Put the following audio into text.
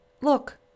Look